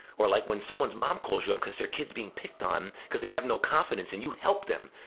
or like when someone's mom calls you up cause their kids being picked on cause they have no confidence and you help them.